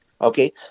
Okay